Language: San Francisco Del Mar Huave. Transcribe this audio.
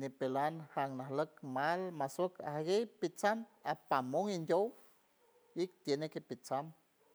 nipeland jajnalow mal masoc agueypitsam afamon andioy y tiene que piptsam.